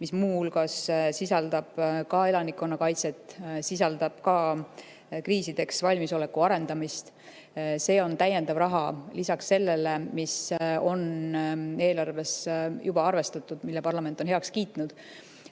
mis muu hulgas sisaldab elanikkonna kaitset ja ka kriisideks valmisoleku arendamist. See on täiendav raha lisaks sellele, mis on eelarves juba arvestatud ja mille parlament on heaks kiitnud.